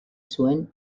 zuen